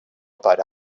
about